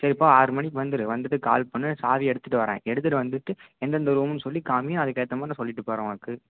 சரிப்பா ஆறு மணிக்கு வந்துடு வந்துவிட்டு கால் பண்ணு சாவி எடுத்துகிட்டு வரேன் எடுத்துகிட்டு வந்துட்டு எந்தெந்த ரூமுன்னு சொல்லி காமி அதுக்கேற்ற மாதிரி நான் சொல்லிவிட்டு போகிறேன் உனக்கு